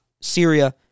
Syria